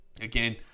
Again